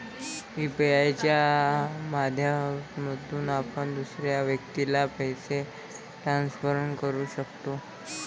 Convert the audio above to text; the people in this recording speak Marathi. यू.पी.आय च्या माध्यमातून आपण दुसऱ्या व्यक्तीला पैसे ट्रान्सफर करू शकतो